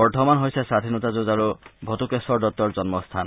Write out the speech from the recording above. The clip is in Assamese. বৰ্ধমান হৈছে স্বধীনতা যুঁজাৰু ভতুকেশ্বৰ দত্তৰ জন্মস্থান